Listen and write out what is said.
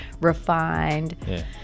refined